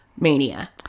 mania